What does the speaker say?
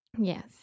Yes